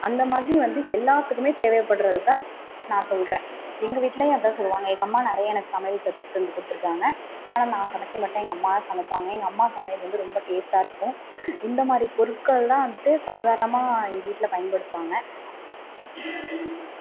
அந்த மாதிரி வந்து எல்லார்த்துக்குமே தேவைப்படுகிறது தான் நான் சொல்கிற எங்கள் வீட்டுலையும் அதான் சொல்லுவாங்க எங்கள் அம்மா நிறைய எனக்கு சமையல் கற்று தந்து கொடுத்துருக்காங்க ஆனால் நான் சமைக்க மாட்டேன் எங்கள் அம்மா தான் சமைப்பாங்க எங்கள் அம்மா சமையல் வந்து ரொம்ப டேஸ்ட்டாகருக்கும் இந்த மாதிரி பொருட்கள்லாம் வந்துட்டு சாதாரணமாக எங்கள் வீட்டில் பயன்படுத்துவாங்க